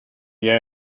jij